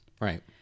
Right